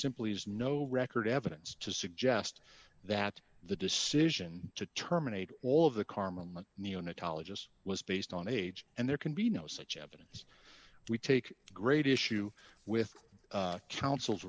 simply is no record evidence to suggest that the decision to terminate all of the carmen neo natal ages was based on age and there can be no such evidence we take great issue with council